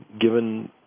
given